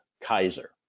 Kaiser